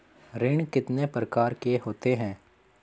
ऋण कितने प्रकार के होते हैं?